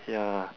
ya